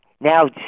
Now